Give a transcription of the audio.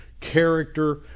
Character